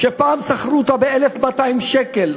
שפעם שכרו אותה ב-1,200 שקל.